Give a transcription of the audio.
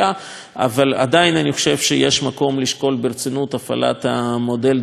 אבל אני עדיין חושב שיש מקום לשקול ברצינות הפעלת מודל דומה גם שם.